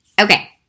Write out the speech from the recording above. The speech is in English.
Okay